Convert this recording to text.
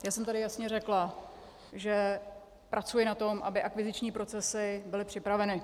Já jsem tady jasně řekla, že pracuji na tom, aby akviziční procesy byly připraveny.